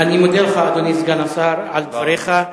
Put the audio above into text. אני מודה לך, אדוני סגן השר, על דבריך.